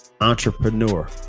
entrepreneur